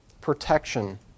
protection